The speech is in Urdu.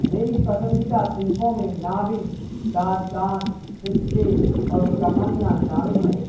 میری پسندیدہ صنفوں میں ناول داستان قصے اور کہانیاں شامل ہیں